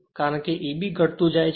કારણ કે આ Eb ઘટતું જાય છે